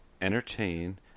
entertain